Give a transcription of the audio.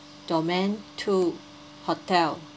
domain two hotel